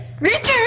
Richard